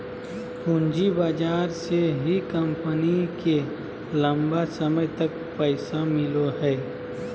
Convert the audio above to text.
पूँजी बाजार से ही कम्पनी के लम्बा समय तक पैसा मिलो हइ